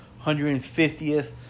150th